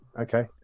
Okay